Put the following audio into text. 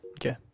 Okay